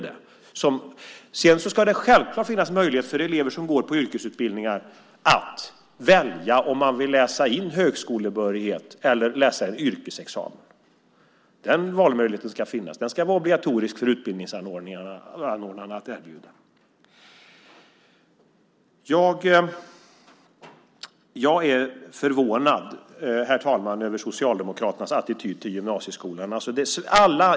Det ska självklart finnas möjlighet för elever som går på yrkesutbildningar att välja om de vill läsa in högskolebehörighet eller läsa till en yrkesexamen. Den valmöjligheten ska finnas. Den ska vara obligatorisk för utbildningsanordnarna att erbjuda. Jag är förvånad, herr talman, över Socialdemokraternas attityd till gymnasieskolan.